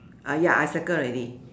uh ya I circle already